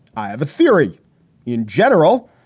i have a theory in general.